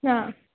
हां